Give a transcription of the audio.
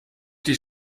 die